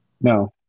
No